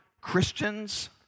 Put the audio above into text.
Christians